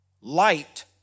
light